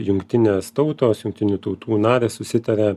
jungtinės tautos jungtinių tautų narės susitarė